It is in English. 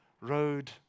road